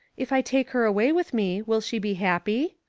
if i take her away with me, will she be happy?